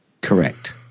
Correct